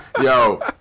Yo